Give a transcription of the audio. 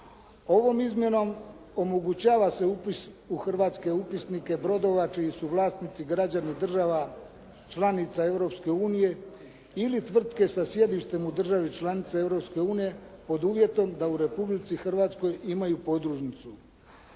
Ovom izmjenom omogućava se upis u hrvatske upisnike brodova čiji su vlasnici građani država članica Europske unije ili tvrtke sa sjedištem u državi članice Europske unije pod uvjetom da u Republici Hrvatskoj imaju podružnicu.